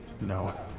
No